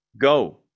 go